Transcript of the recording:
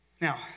Now